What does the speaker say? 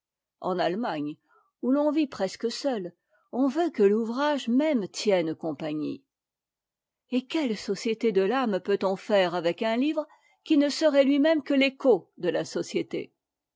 en allemagne où l'on vit presque seul on veut que l'ouvrage même tienne compagnie et quelle société de l'âme peut-on faire avec un livre qui ne serait ui même que l'écho de la société